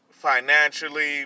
financially